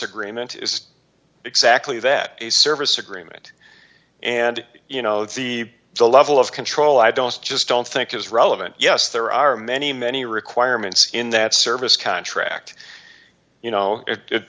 agreement is exactly that service agreement and you know the the level of control i don't just don't think is relevant yes there are many many requirements in that service contract you know